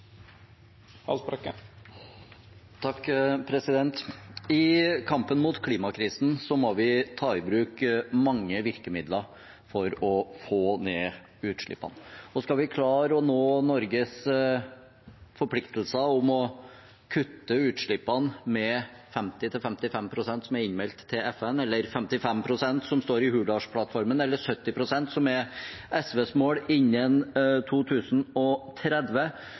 I kampen mot klimakrisen må vi ta i bruk mange virkemidler for å få ned utslippene. Skal vi klare å nå Norges forpliktelser om å kutte utslippene med 50–55 pst., som er innmeldt til FN, eller 55 pst., som det står i Hurdalsplattformen, eller 70 pst., som er SVs mål, innen 2030,